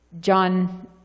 John